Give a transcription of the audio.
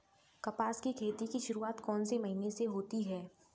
कपास की खेती की शुरुआत कौन से महीने से होती है?